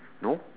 no